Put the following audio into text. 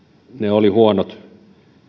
olivat huonot